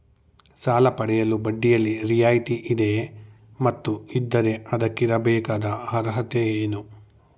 ಸಾಲ ಪಡೆಯಲು ಬಡ್ಡಿಯಲ್ಲಿ ರಿಯಾಯಿತಿ ಇದೆಯೇ ಮತ್ತು ಇದ್ದರೆ ಅದಕ್ಕಿರಬೇಕಾದ ಅರ್ಹತೆ ಏನು?